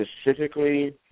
specifically